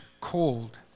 cold